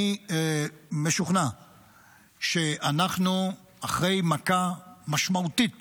אני משוכנע שאחרי מכה משמעותית